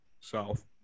South